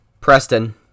Preston